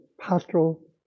pastoral